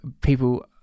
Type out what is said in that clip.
people